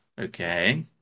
Okay